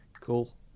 Cool